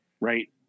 right